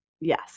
Yes